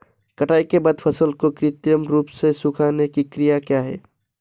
कटाई के बाद फसल को कृत्रिम रूप से सुखाने की क्रिया क्या है?